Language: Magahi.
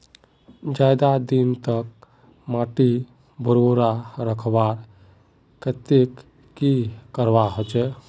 ज्यादा दिन तक माटी भुर्भुरा रखवार केते की करवा होचए?